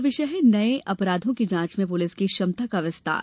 इसका विषय है नए अपराधों की जांच में पुलिस की क्षमता का विस्तार